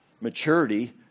Maturity